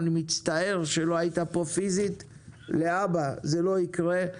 אני מצטער שלא היית פה פיזית, להבא זה לא יקרה.